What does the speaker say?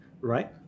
right